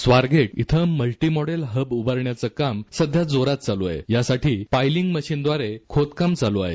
स्वारगेट ईथं multi modal उभारण्याचं काम सध्या जोरात चालू असून त्यासाठी पायलिंग मशीनद्वारे खोदकाम चालू आहे